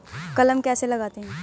कलम कैसे लगाते हैं?